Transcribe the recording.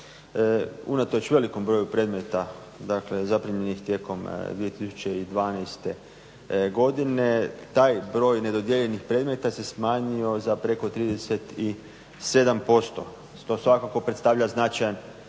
Unatoč velikom broju predmeta, dakle zaplijenjenih tijekom 2012. godine, taj broj nedodijeljenih predmeta se smanjio za preko 37% što svakako predstavlja značajan